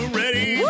ready